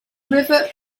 river